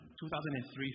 2003